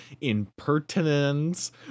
impertinence